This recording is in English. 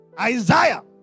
Isaiah